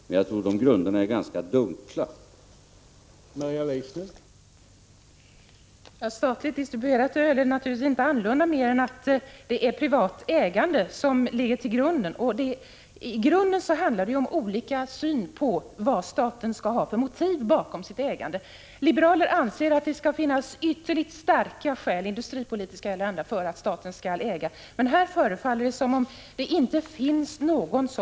Men jag tror man gör det på ganska dunkla grunder.